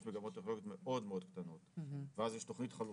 מגמות טכנולוגיות אבל הן מאוד מאוד קטנות ואז יש תוכנית חלופית,